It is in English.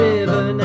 River